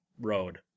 road